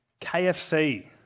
KFC